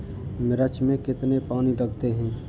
मिर्च में कितने पानी लगते हैं?